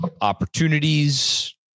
opportunities